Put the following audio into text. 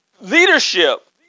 leadership